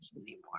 anymore